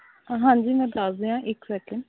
ਹਾਂਜੀ ਮੈਂ ਦੱਸਦੀ ਹਾਂ ਇੱਕ ਸੈਕਿੰਡ